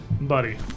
Buddy